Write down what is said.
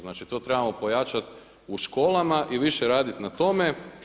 Znači to trebamo pojačati u školama i više radit na tome.